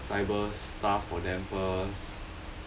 cyber stuff for them first